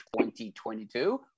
2022